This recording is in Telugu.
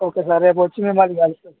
ఓకే సార్ రేపు వచ్చి మిమ్మల్ని కలుస్తాను సార్